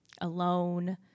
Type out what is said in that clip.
alone